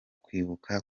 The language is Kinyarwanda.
kwibuka